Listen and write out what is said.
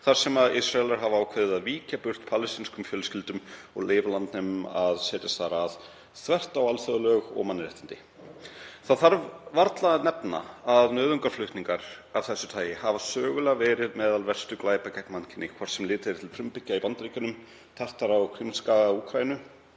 þar sem Ísraelar hafa ákveðið að víkja burt palestínskum fjölskyldum og leyfa landnemum að setjast þar að, þvert á alþjóðalög og mannréttindi. Það þarf varla að nefna að nauðungarflutningar af þessu tagi hafa sögulega verið meðal verstu glæpa gegn mannkyni, hvort sem litið er til frumbyggja í Bandaríkjunum, Tartara á Krímskaga